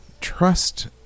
trust